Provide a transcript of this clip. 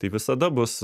tai visada bus